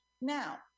Now